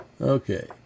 Okay